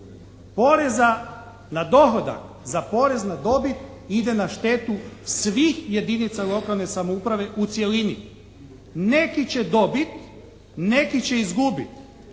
poreza na dohodak za porez za dobit ide na štetu svih jedinica lokalne samouprave u cjelini. Neki će dobiti, neki će izgubiti.